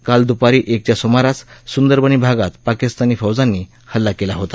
काल द्रपारी एकच्या सुमारास सुंदरबनी भागात पाकिस्तानी फौजांनी हल्ला केला होता